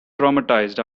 traumatized